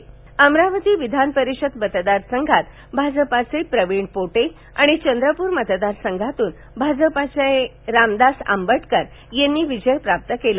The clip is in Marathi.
वमरावती विधान परिषद मतदार संघात भा ज प चे प्रवीण पोटे आणि चंद्रपूर मतदारसंघातून भाजपच्या रामदास आंबटकर यांनी विजय प्राप्त केला